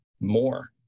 more